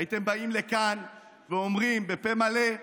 הייתם באים לכאן ואומרים בפה מלא: